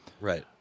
Right